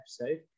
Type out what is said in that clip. episode